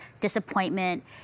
disappointment